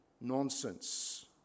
nonsense